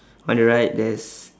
on the right there is